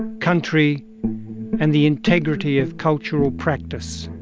country and the integrity of cultural practice.